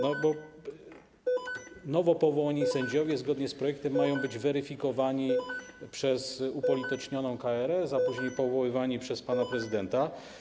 Nowo powołani sędziowie zgodnie z projektem mają być weryfikowani przez upolitycznioną KRS, a później powoływani przez pana prezydenta.